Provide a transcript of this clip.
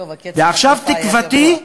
טוב, הקצב היה גבוה.